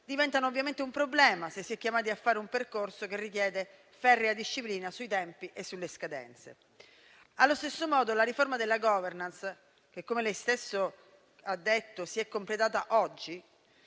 diventano ovviamente un problema se si è chiamati a fare un percorso che richiede ferrea disciplina sui tempi e sulle scadenze. Allo stesso modo, la riforma della *governance* che - come lei stesso ha detto - si è completata oggi,